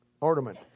ornament